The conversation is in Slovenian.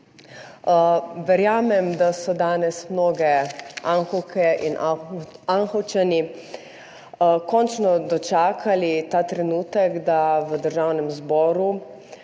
Verjamem, da so danes mnoge Anhovke in Anhovci končno dočakali ta trenutek, da v Državnem zboru